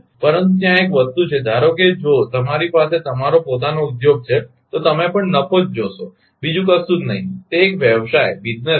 પરંતુ ત્યાં એક વસ્તુ છે ધારો કે જો તમારી પાસે તમારો પોતાનો ઉદ્યોગ છે તો તમે પણ નફો જ જોશો બીજું કશું જ નહીં તે એક વ્યવસાય છે